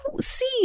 see